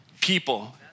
people